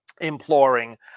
imploring